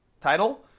Title